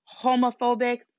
homophobic